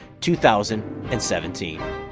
2017